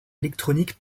électronique